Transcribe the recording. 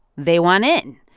they want in.